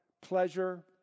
pleasure